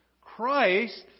Christ